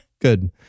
good